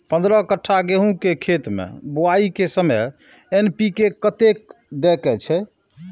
पंद्रह कट्ठा गेहूं के खेत मे बुआई के समय एन.पी.के कतेक दे के छे?